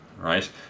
right